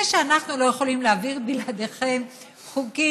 זה שאנחנו לא יכולים להעביר בלעדיכם חוקים,